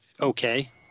okay